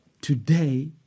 today